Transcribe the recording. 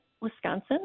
Wisconsin